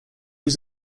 was